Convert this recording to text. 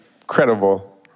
incredible